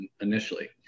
initially